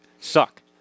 suck